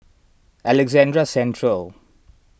Alexandra Central